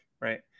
right